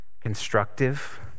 constructive